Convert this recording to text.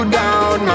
down